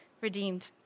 redeemed